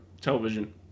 television